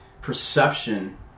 perception